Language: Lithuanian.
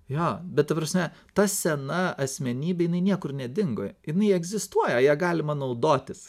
jo bet ta prasme ta sena asmenybė jinai niekur nedingo jinai egzistuoja ja galima naudotis